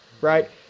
right